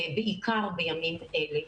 בעיקר בימים אלה,